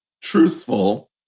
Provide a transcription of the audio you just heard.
truthful